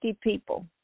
people